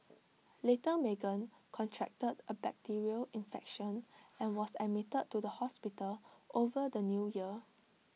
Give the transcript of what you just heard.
little Meagan contracted A bacterial infection and was admitted to the hospital over the New Year